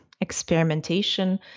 experimentation